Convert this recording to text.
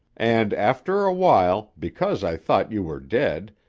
and after a while, because i thought you were dead,